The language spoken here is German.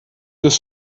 des